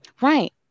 Right